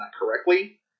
correctly